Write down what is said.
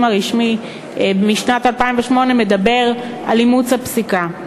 הרשמי משנת 2008 מדברות על אימוץ הפסיקה.